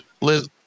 Liz